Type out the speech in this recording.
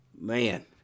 man